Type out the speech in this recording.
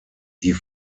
die